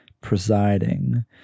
presiding